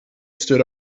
stood